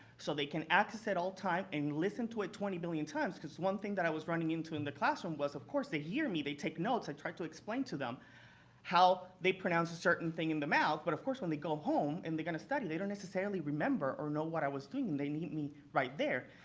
so they can access it at all time and listen to it twenty million times. because one thing that i was running into in the classroom was, of course, they'd hear me. they'd take notes. i'd try to explain to them how they pronounce a certain thing in the mouth. but of course, when they go home and they're going to study, they don't necessarily remember or know what i was thinking. they need me right there.